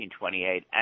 1928